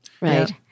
Right